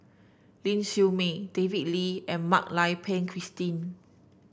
Ling Siew May David Lee and Mak Lai Peng Christine